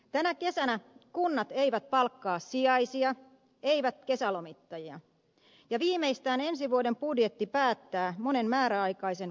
tänä kesänä kunnat eivät palkkaa sijaisia eivät kesälomittajia ja viimeistään ensi vuoden budjetti päättää monen määräaikaisen kuntatyöntekijän uran